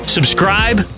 Subscribe